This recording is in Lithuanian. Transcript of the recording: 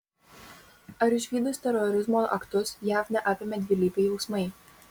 ar išvydus terorizmo aktus jav neapėmė dvilypiai jausmai